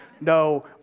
no